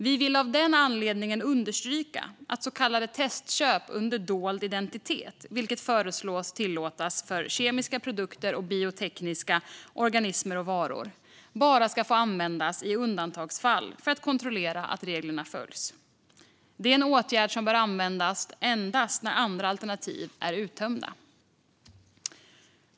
Vi vill av den anledningen understryka att så kallade testköp under dold identitet, vilket föreslås tillåtas för kemiska produkter och biotekniska organismer och varor, bara ska få användas i undantagsfall för att kontrollera att reglerna följs. Det är en åtgärd som bör användas endast när andra alternativ är uttömda.